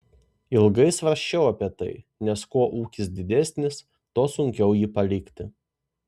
ilgai svarsčiau apie tai nes kuo ūkis didesnis tuo sunkiau jį palikti